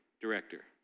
director